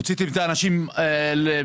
הוצאתם את האנשים מהעבודה.